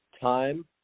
time